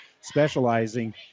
specializing